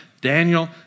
Daniel